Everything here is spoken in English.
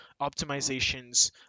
optimizations